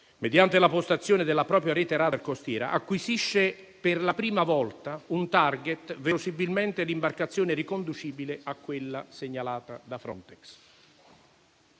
mediante la postazione della propria rete radar costiera, acquisisce per la prima volta un *target:* verosimilmente l'imbarcazione riconducibile a quella segnalata da Frontex.